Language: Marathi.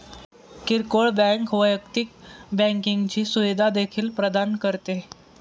किरकोळ बँक वैयक्तिक बँकिंगची सुविधा देखील प्रदान करते